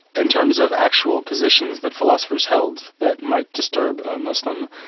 in terms of actual positions that philosophers held that might disturb a muslim,